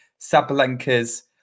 Sabalenka's